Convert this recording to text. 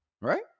right